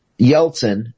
Yeltsin